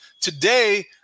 today